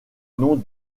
nom